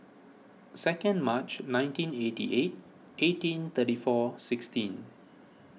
second March nineteen eighty eight eighteen thirty four sixteen